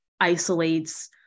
isolates